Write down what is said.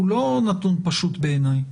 הוא לא נתון פשוט בעיניי.